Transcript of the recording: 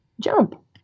jump